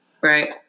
Right